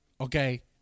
Okay